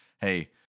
hey